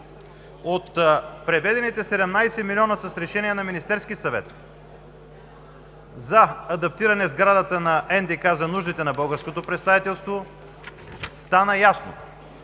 От преведените 17 милиона с решение на Министерския съвет за адаптиране сградата на НДК за нуждите на българското представителство стана ясно,